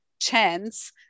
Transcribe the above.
chance